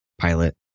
pilot